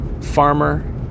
farmer